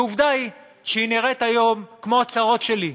ועובדה שהיא נראית היום כמו הצרות שלי,